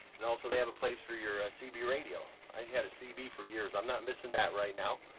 and also they have a place for your ah cb radio. i had a cb for years, i'm not missing that right now.